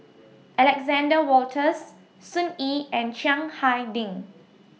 Alexander Wolters Sun Yee and Chiang Hai Ding